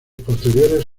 posteriores